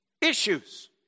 issues